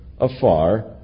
afar